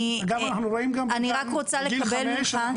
אז אני רק רוצה לקבל ממך --- אגב,